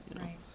right